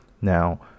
Now